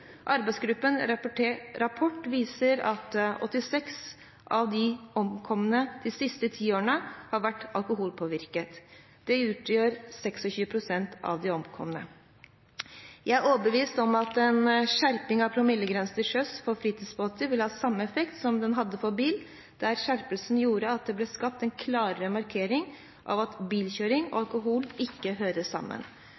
arbeidsgruppen kom med i sin rapport om sikkerhet ved bruk av fritidsbåt, fra 2012. Arbeidsgruppens rapport viste at 86 av de omkomne de siste ti årene har vært alkoholpåvirket. Det utgjør 26 pst. av de omkomne. Jeg er overbevist om at en skjerping av promillegrensen til sjøs for fritidsbåter vil ha samme effekt som den hadde for bil, der skjerpelsen gjorde at det ble skapt en klarere markering av at bilkjøring